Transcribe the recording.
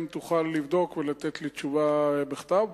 אם תוכל לבדוק ולתת לי תשובה בכתב,